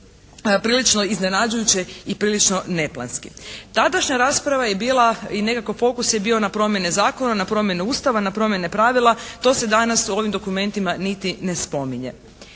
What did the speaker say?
prilično iznenađujuće i prilično neplanski. Tadašnja rasprava je bila i nekako fokus je bio na promjene zakona, na promjene Ustava, na promjene pravila. To se danas u ovom dokumentima niti ne spominje.